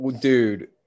dude